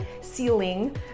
ceiling